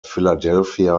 philadelphia